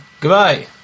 Goodbye